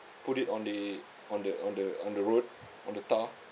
put it on the on the on the on the road on the tar